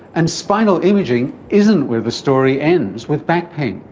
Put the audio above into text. and spinal imaging isn't where the story ends with back pain.